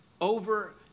over